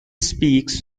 speaks